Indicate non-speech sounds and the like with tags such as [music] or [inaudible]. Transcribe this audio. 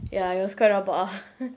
ya it was quite rabak uh [laughs]